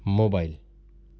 mobile